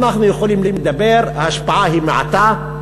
אנחנו יכולים לדבר, ההשפעה היא מעטה.